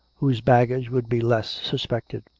whose baggage would be less suspected.